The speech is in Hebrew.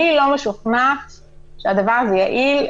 אני לא משוכנעת שהדבר הזה יעיל,